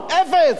זאת אומרת,